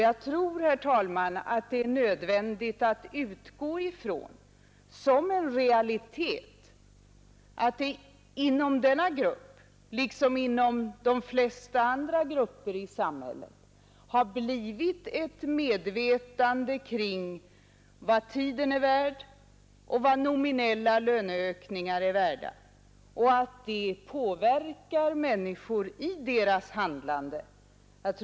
Jag tror, herr talman, att det är nödvändigt att utgå från som en realitet att man inom denna grupp, liksom i de flesta andra grupper i samhället, har blivit medveten om vad tiden är värd och vad nominella löneökningar är värda och att detta påverkar människor i deras handlande.